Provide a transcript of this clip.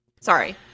Sorry